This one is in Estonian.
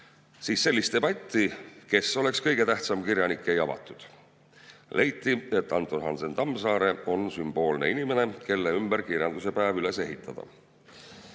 siis sellist debatti, kes oleks kõige tähtsam kirjanik, ei avatud. Leiti, et Anton Hansen Tammsaare on sümboolne inimene, kelle ümber kirjanduse päev üles ehitada.